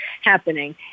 happening